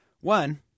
One